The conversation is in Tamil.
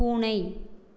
பூனை